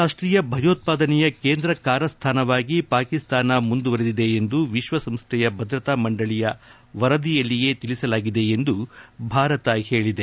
ಅಂತಾರಾಷ್ಟೀಯ ಭಯೋತ್ಪಾದನೆಯ ಕೇಂದ್ರ ಕಾರಸ್ಥಾನವಾಗಿ ಪಾಕಿಸ್ತಾನ ಮುಂದುವರೆದಿದೆ ಎಂದು ವಿಶ್ವ ಸಂಸ್ಥೆಯ ಭದ್ರತಾ ಮಂಡಳಿಯ ವರದಿಯಲ್ಲಿಯೇ ತೀಸಲಾಗಿದೆ ಎಂದು ಭಾರತ ಹೇಳಿದೆ